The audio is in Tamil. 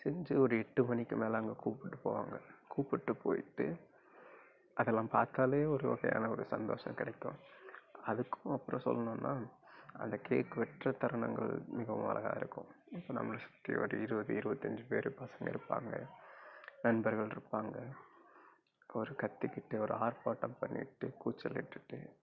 செஞ்சு ஒரு எட்டு மணிக்கு மேலே அங்கே கூப்பிட்டுட்டு போவாங்க கூப்பிட்டு போய்விட்டு அதெல்லாம் பார்த்தாலே ஒரு வகையான ஒரு சந்தோஷம் கிடைக்கும் அதுக்கும் அப்புறம் சொல்லணும்னால் அந்த கேக் வெட்டுற தருணங்கள் மிகவும் அழகாக இருக்கும் இப்போ நம்மளை சுற்றி ஒரு இருபது இருபத்தஞ்சு பேர் பசங்கள் இருப்பாங்க நண்பர்கள் இருப்பாங்க ஒரு கத்திக்கிட்டு ஒரு ஆர்ப்பாட்டம் பண்ணிக்கிட்டு கூச்சல் இட்டுகிட்டு